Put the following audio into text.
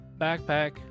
backpack